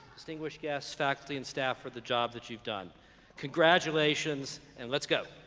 distinguished guests, faculty, and staff for the job that you've done congratulations and let's go.